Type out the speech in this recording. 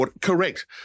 Correct